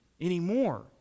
anymore